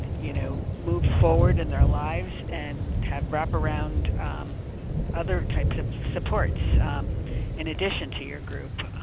you know, move forward in their lives and have wraparound other types of supports in addition to your group,